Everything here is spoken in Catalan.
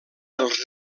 dels